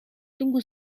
tunggu